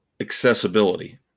accessibility